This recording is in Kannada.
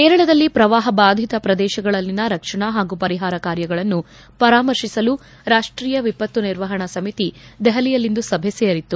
ಕೇರಳದಲ್ಲಿ ಶ್ರವಾಹ ಬಾಧಿತ ಶ್ರದೇಶಗಳಲ್ಲಿನ ರಕ್ಷಣಾ ಹಾಗೂ ಪರಿಹಾರ ಕಾರ್ಯಗಳನ್ನು ಪರಾಮರ್ತಿಸಲು ರಾಷ್ಷೀಯ ವಿಪತ್ತು ನಿರ್ವಹಣಾ ಸಮಿತಿ ದೆಹಲಿಯಲ್ಲಿಂದು ಸಭೆ ಸೇರಿತ್ತು